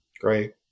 Great